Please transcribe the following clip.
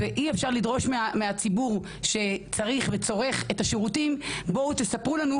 אי אפשר לדרוש מהציבור שצריך וצורך את השירותים - בואו תספרו לנו,